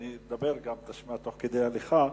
אני אדבר ותשמע תוך כדי הליכה,